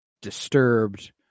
disturbed